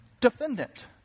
defendant